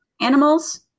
animals